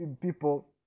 people